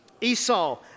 Esau